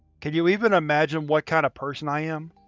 can you even imagine what kind of person i am?